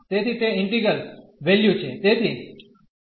તેથી તે integral value છે